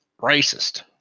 Racist